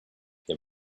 they